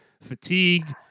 fatigue